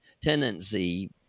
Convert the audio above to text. tendency